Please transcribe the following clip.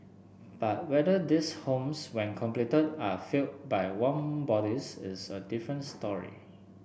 but whether these homes when completed are filled by warm bodies is a different story